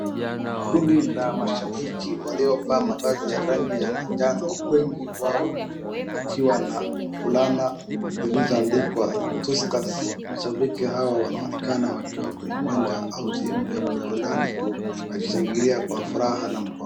Kundi la mashabiki waliovaa mavazi ya rangi ya majano wengi wao wakiwa na fulana zilizo andikwa TUSKER.mashabiki hawa wanaonekana wakiwa kwenye uwanja au sehemu ya bandani wakishangilia kwa furaha na mkono.